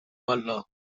والا